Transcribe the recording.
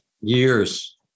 years